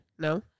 No